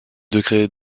degré